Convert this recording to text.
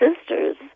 sisters